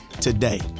today